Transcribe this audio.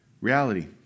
Reality